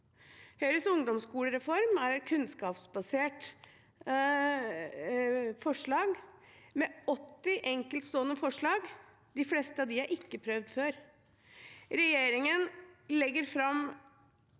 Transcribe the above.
Høyres ungdomsskolereform er et kunnskapsbasert forslag med 80 enkeltstående forslag. De fleste av dem er ikke prøvd før. Regjeringen legger fram